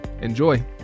enjoy